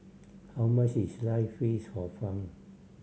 how much is slice fish Hor Fun